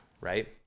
right